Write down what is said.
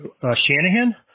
Shanahan